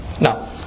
Now